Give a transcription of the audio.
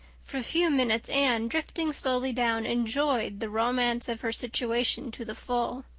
for a few minutes anne, drifting slowly down, enjoyed the romance of her situation to the full.